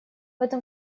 этом